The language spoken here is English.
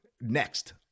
next